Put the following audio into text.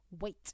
wait